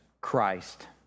Christ